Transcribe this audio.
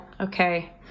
Okay